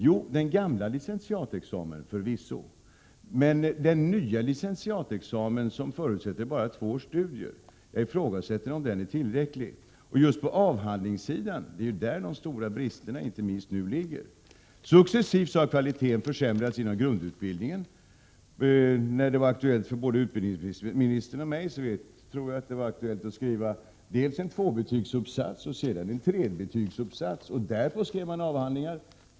Ja, den gamla licentiatexamen var förvisso tillräcklig. Men jag ifrågasätter om den nya licentiatexamen, som förutsätter bara två års studier, är tillräcklig. Det är inte minst på avhandlingssidan som de stora bristerna nu ligger. Successivt har kvaliteten försämrats inom grundutbildningen. När det var aktuellt för utbildningsministern och mig, fick man först skriva en tvåbetygsuppsats, sedan en trebetygsuppsats och därpå avhandlingen.